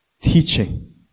teaching